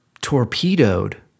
torpedoed